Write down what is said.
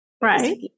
right